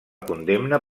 condemna